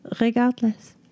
regardless